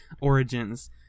origins